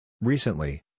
Recently